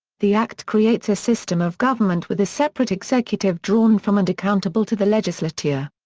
the act creates a system of government with a separate executive drawn from and accountable to the legislature.